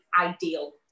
ideal